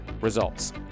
results